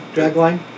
Dragline